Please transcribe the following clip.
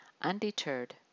Undeterred